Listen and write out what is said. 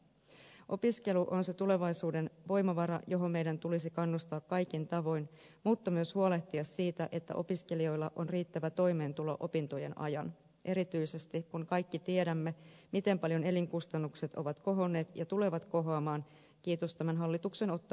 opiskelu on se tulevaisuuden voimavara johon meidän tulisi kannustaa kaikin tavoin mutta myös huolehtia siitä että opiskelijoilla on riittävä toimeentulo opintojen ajan erityisesti kun kaikki tiedämme miten paljon elinkustannukset ovat kohonneet ja tulevat ko hoamaan kiitos tämän hallituksen ottaman linjan